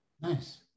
Nice